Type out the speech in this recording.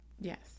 Yes